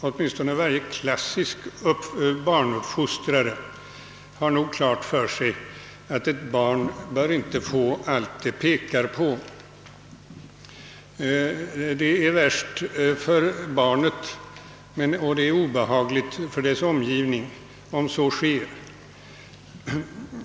Åtminstone varje klassisk barnuppfostrare har klart för sig att ett barn inte bör få allt det pekar på — värst blir det för barnet självt, och det är obehagligt för barnets omgivning.